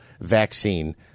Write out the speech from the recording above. vaccine